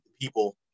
people